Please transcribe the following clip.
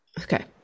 okay